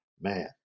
man